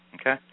Okay